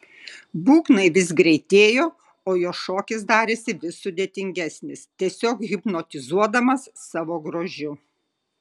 būgnai vis greitėjo o jo šokis darėsi vis sudėtingesnis tiesiog hipnotizuodamas savo grožiu